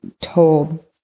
told